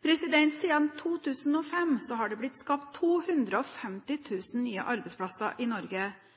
Siden 2005 har det blitt skapt 250 000 nye arbeidsplasser i Norge,